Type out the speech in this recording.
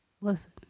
listen